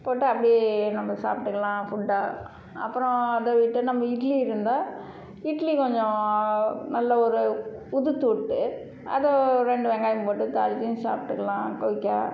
போட்டு அப்படியே நம்ம சாப்பிட்டுக்கலாம் ஃபுட்டாக அப்புறம் அதை விட்டு நம்ம இட்லி இருந்தால் இட்லி கொஞ்சம் நல்ல ஒரு உதுர்த்து விட்டு அதை ரெண்டு வெங்காயம் போட்டு தாளிச்சும் சாப்பிட்டுக்கலாம் குயிக்காக